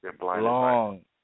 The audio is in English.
long